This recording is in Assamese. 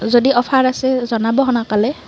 যদি অফাৰ আছে জনাব সোনকালে